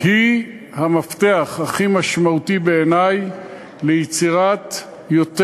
היא המפתח הכי משמעותי בעיני ליצירת יותר